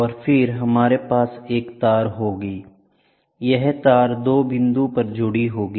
और फिर हमारे पास एक तार होगी यह तार 2 बिंदु पर जुड़ी होगी